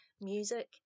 Music